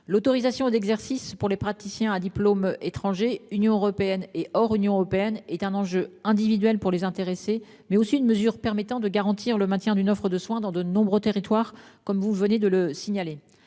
l'autorisation d'exercice pour les praticiens à diplôme étranger, Union européenne et hors Union européenne est un enjeu individuel pour les intéressés mais aussi une mesure permettant de garantir le maintien d'une offre de soins dans de nombreux territoires comme vous venez de le signaler.